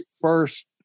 first